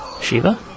Shiva